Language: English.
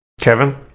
kevin